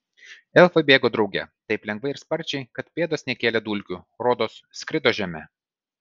elfai bėgo drauge taip lengvai ir sparčiai kad pėdos nekėlė dulkių rodos skrido žeme